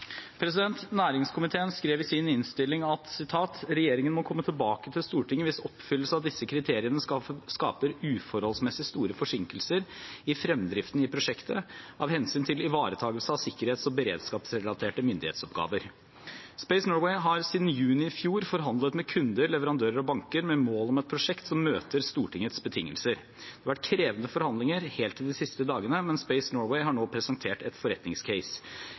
Næringskomiteen skrev i sin innstilling at «regjeringen må komme tilbake til Stortinget hvis oppfyllelse av disse kriteriene skaper uforholdsmessig store forsinkelser i fremdriften i prosjektet, av hensyn til ivaretagelse av sikkerhets- og beredskapsrelaterte myndighetsoppgaver». Space Norway har siden juni i fjor forhandlet med kunder, leverandører og banker, med mål om et prosjekt som møter Stortingets betingelser.